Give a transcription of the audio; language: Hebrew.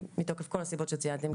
מתוקף כל הסיבות שציינתם,